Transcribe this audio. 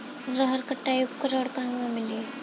रहर कटाई उपकरण कहवा मिली?